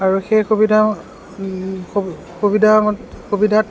আৰু সেই সুবিধা সুবিধা সুবিধাত